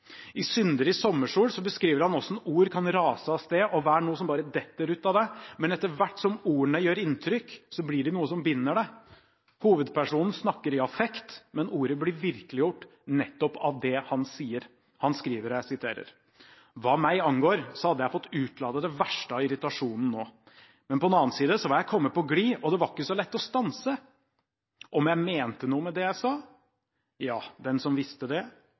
setning klarer å si så mye om både menneskene rundt seg og om samfunnet de er en del av, som Sigurd Hoel. I «Syndere i sommersol» beskriver han hvordan ord kan rase av sted og være noe som bare detter ut av deg, men etter hvert som ordene gjør inntrykk, blir de noe som binder deg. Hovedpersonen snakker i affekt, men ordet blir virkeliggjort nettopp av det han sier. Han skriver: «Hva meg angår, så hadde jeg fått utladet det verste av irritasjonen nå; men på den annen side var jeg kommet på glid, og det var ikke så lett å stanse igjen. Om jeg mente noe med